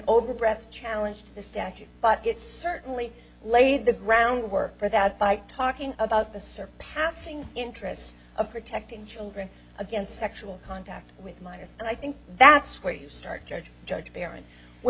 over breath challenge the stack but it certainly laid the groundwork for that by talking about the surpassing interests of protecting children against sexual contact with minors and i think that's where you start judge judge perry when